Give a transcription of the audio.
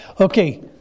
Okay